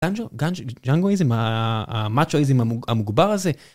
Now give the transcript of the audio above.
גנג'ו ג'נגואיזם המצ׳ואיזם המוגבר הזה.